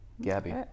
Gabby